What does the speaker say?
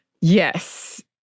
Yes